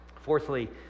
Fourthly